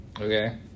Okay